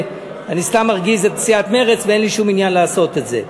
אני סתם מרגיז את סיעת מרצ ואין לי שום עניין לעשות את זה.